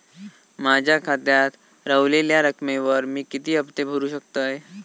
माझ्या खात्यात रव्हलेल्या रकमेवर मी किती हफ्ते भरू शकतय?